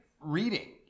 Reading